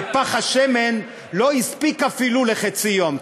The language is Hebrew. ופך השמן לא הספיק אפילו לחצי יום.